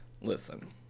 Listen